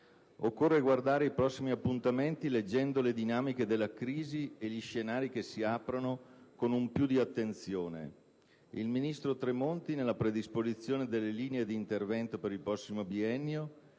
Occorre guardare ai prossimi appuntamenti leggendo le dinamiche della crisi e gli scenari che si aprono con un po' più di attenzione: il ministro Tremonti, nella predisposizione delle linee d'intervento per il prossimo biennio,